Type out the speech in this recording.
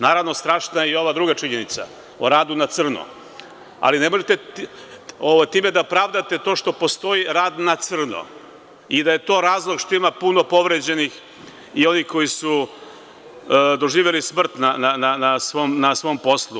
Naravno, strašna je i ova druga činjenica o radu na crno, ali nemojte time da pravdate to što postoji rad na crno i da je to razlog što ima puno povređenih i onih koji su doživeli smrt na svom poslu.